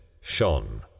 shone